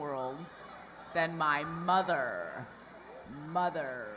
world than my mother mother